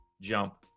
jump